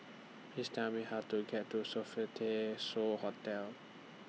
Please Tell Me How to get to Sofitel So Hotel